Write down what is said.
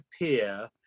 appear